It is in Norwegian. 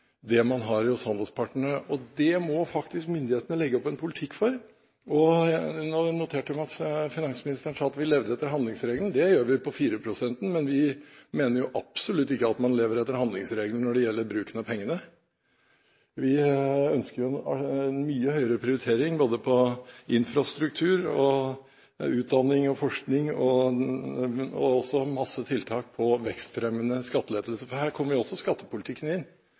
det man har hos handelspartnerne, og det må faktisk myndighetene legge opp en politikk for. Jeg noterte meg at finansministeren sa at vi levde etter handlingsregelen. Det gjør vi, etter 4-prosenten. Vi mener jo absolutt ikke at man lever etter handlingsregelen når det gjelder bruken av pengene. Vi ønsker en mye høyere prioritering av både infrastruktur, utdanning og forskning og også en masse tiltak som dreier seg om vekstfremmende skattelettelser. Her kommer også skattepolitikken inn.